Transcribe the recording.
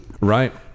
Right